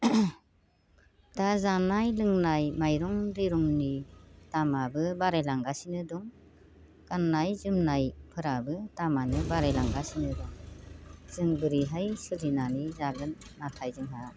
दा जानाय लोंनाय माइरं दैरंनि दामआबो बारायलांगासिनो दं गाननाय जोमनायफोराबो दामानो बारायलांगासिनो दं जों बोरैहाय सोलिनानै जागोन नाथाय जोंहा